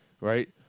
right